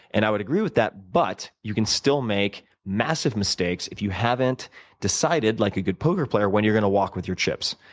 and i would agree with that but you can still make massive mistakes if you haven't decided, like a good poker player, when you're going to walk with your chips.